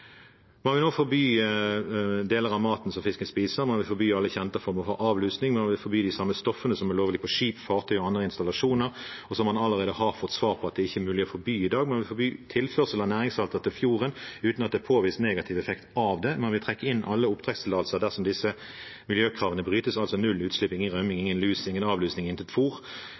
man allerede har fått svar om at det ikke er mulig å forby i dag. Vi må forby tilførsel av næringssalter til fjorden, uten at det er påvist negativ effekt av det. Vi må trekke inn alle oppdrettstillatelser dersom disse miljøkravene brytes, altså null utslipp, ingen